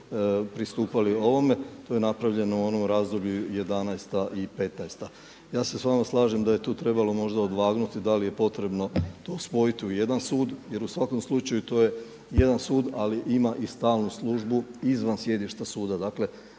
pristupali ovome, to je napravljeno u onom razdoblju '11.-'15. Ja se s vama slažem da je tu trebalo možda odvagnuti da li je potrebno to spojiti u jedan sud jer u svakom slučaju to je jedan sud ali ima i stalnu službu izvan sjedišta suda.